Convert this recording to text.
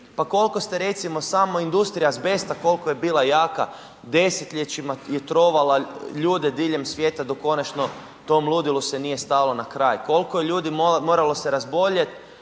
Pa koliko ste recimo samo industrija azbesta koliko je bila jaka, desetljećima je trovala ljude diljem svijeta dok konačno tom ludilu se nije stalo na kraj. Koliko je ljudi moralo se razboljeti